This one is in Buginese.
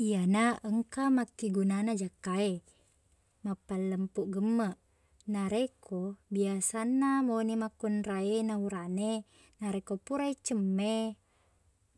Iyana engka makkegunana jakka e mappalempuq gemmeq narekko biasanna mauni makkunrai na urane narekko pura i cemme